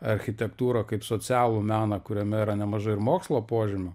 architektūrą kaip socialų meną kuriame yra nemažai ir mokslo požymių